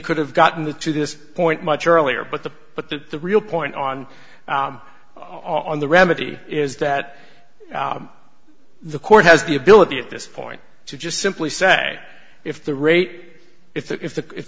could have gotten the to this point much earlier but the but the real point on on the remedy is that the court has the ability at this point to just simply say if the rate if that if the if